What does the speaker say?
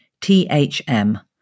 THM